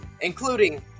including